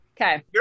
Okay